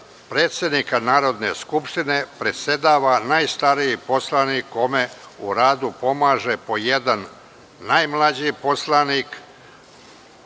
predsednika Narodne skupštine, predsedava najstariji narodni poslanik, kome u radu pomaže po jedan najmlađi narodni